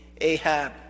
Ahab